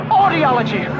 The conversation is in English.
audiology